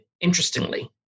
interestingly